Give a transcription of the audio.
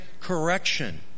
correction